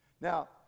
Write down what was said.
Now